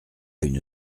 une